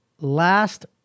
last